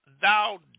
thou